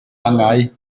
angau